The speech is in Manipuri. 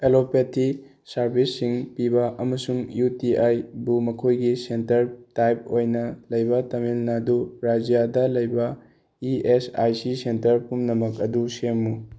ꯑꯦꯂꯣꯄꯦꯊꯤ ꯁꯥꯔꯕꯤꯁꯁꯤꯡ ꯄꯤꯕ ꯑꯃꯁꯨꯡ ꯌꯨ ꯇꯤ ꯑꯥꯏꯕꯨ ꯃꯈꯣꯏꯒꯤ ꯁꯦꯟꯇꯔ ꯇꯥꯏꯞ ꯑꯣꯏꯅ ꯂꯩꯕ ꯇꯥꯃꯤꯜ ꯅꯥꯗꯨ ꯔꯥꯏꯖ꯭ꯌꯥꯗ ꯂꯩꯕ E S I C centre ꯄꯨꯝꯅꯃꯛ ꯑꯗꯨ ꯁꯦꯝꯃꯨ